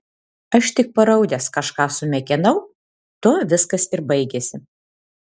aš tik paraudęs kažką sumekenau tuo viskas ir baigėsi